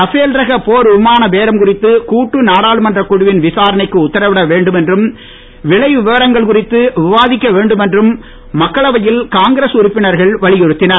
Rafale ரக போர் விமான பேரம் குறித்து கூட்டு நாடாளுமன்ற குழுவின் விசாரணைக்கு உத்தரவிட வேண்டும் என்றும் விலை விவரங்கள் குறித்து விவாதிக்க வேண்டும் என்றும் மக்களவையில் காங்கிரஸ் உறுப்பினர்கள் வலியுறுத்தினர்